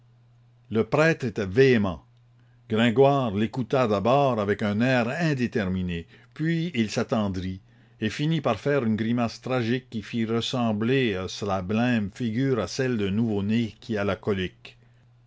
le prêtre était véhément gringoire l'écouta d'abord avec un air indéterminé puis il s'attendrit et finit par faire une grimace tragique qui fit ressembler sa blême figure à celle d'un nouveau-né qui a la colique